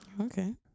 okay